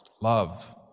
love